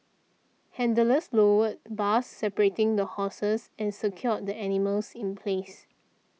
handlers lowered bars separating the horses and secured the animals in place